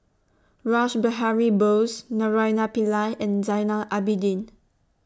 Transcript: Rash Behari Bose Naraina Pillai and Zainal Abidin